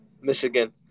Michigan